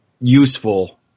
useful